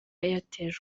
airtel